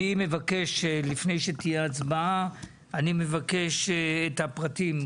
לפני שתהיה הצבעה, אני מבקש את הפרטים: